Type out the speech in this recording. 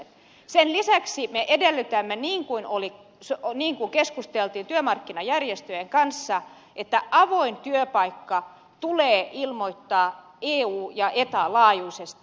sen lisäksi me edellytämme niin kuin keskusteltiin työmarkkinajärjestöjen kanssa että avoin työpaikka tulee ilmoittaa eu ja eta laajuisesti